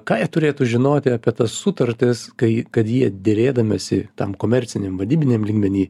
ką jie turėtų žinoti apie tas sutartis kai kad jie derėdamiesi tam komerciniam vadybiniam lygmeny